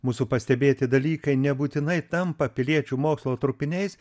mūsų pastebėti dalykai nebūtinai tampa piliečių mokslo trupiniais